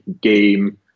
game